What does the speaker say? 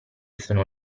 sono